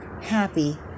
happy